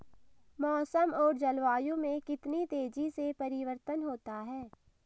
मौसम और जलवायु में कितनी तेजी से परिवर्तन होता है?